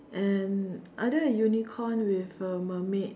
and either a unicorn with a mermaid